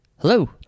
Hello